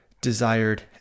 desired